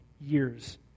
years